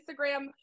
Instagram